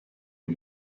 you